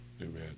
Amen